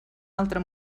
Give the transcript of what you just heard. altre